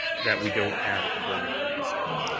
that we don't have at the building permit stage?